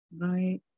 Right